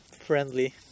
friendly